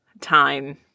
time